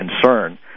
concern